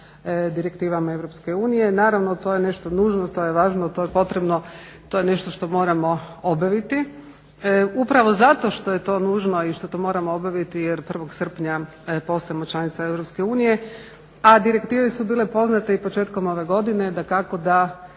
direktivama Europske unije. Naravno to je nešto nužno, to je važno, to je potrebno, to je nešto što moramo obaviti. Upravo zato što je to nužno i što to moramo obaviti jer 1. srpnja postajemo članica Europske unije. A direktive su bile poznate i početkom ove godine, dakako da